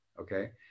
okay